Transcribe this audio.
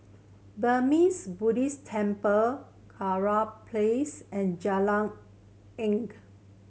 Burmese Buddhist Temple Kurau Place and Jalan Ink